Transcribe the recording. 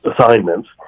assignments